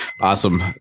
Awesome